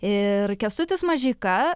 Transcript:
ir kęstutis mažeika